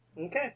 Okay